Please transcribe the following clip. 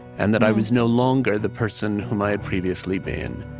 and that i was no longer the person whom i had previously been.